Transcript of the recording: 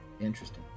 Interesting